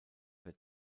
der